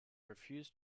refuse